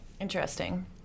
Interesting